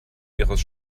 ihres